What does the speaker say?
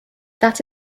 that